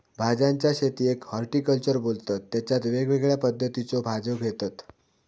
भाज्यांच्या शेतीयेक हॉर्टिकल्चर बोलतत तेच्यात वेगवेगळ्या पद्धतीच्यो भाज्यो घेतत